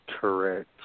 Correct